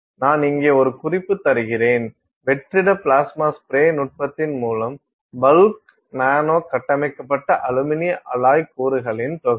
நான் இங்கே ஒரு குறிப்பு தருகிறேன் வெற்றிட பிளாஸ்மா ஸ்பிரே நுட்பத்தின் மூலம் பல்க் நானோ கட்டமைக்கப்பட்ட அலுமினிய அலாய் கூறுகளின் தொகுப்பு